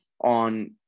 on